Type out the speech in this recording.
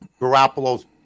Garoppolo's